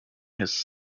his